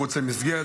מחוץ למסגרת,